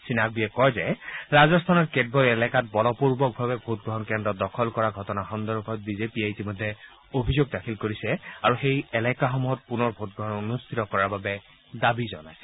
শ্ৰীনাকভিয়ে কয় যে ৰাজস্থানৰ কেতবোৰ এলেকাত বলপূৰ্বকভাৱে ভোটগ্ৰহণ কেন্দ্ৰ দখল কৰাৰ ঘটনা সন্দৰ্ভত বিজেপিয়ে ইতিমধ্যে অভিযোগ দাখিল কৰিছে আৰু সেই এলেকাসমূহত পুনৰ ভোটগ্ৰহণ অনুষ্ঠিত কৰাৰ বাবে দাবী জনাইছে